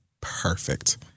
Perfect